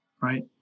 right